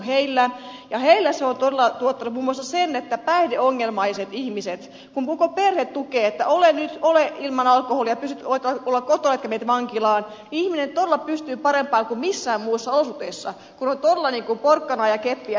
heillä se on todella tuottanut muun muassa sen että päihdeongelmainen ihminen kun koko perhe tukee että ole nyt ilman alkoholia pystyt olemaan kotona etkä mene vankilaan todella pystyy parempaan kuin missään muissa olosuhteissa kun siinä on todella porkkanaa ja keppiä ja koko perhe tukee